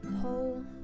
whole